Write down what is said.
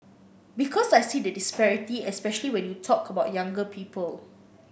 because I see the disparity especially when you talk about younger people